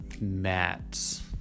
mats